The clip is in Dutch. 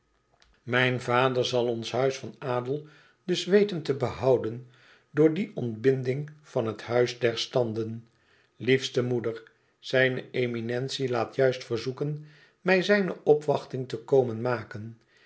mijn vader zal ons huis van adel dus weten te behouden door die ontbinding van het huis der tanden iefste moeder zijne eminentie laat juist verzoeken mij zijne opwachting te komen maken